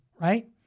Right